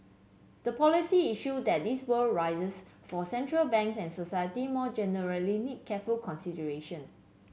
the policy issue that this would raises for central banks and society more generally need careful consideration